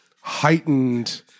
heightened